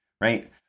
right